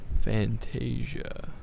Fantasia